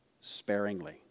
sparingly